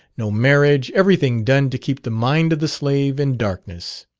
no marriage, everything done to keep the mind of the slave in darkness.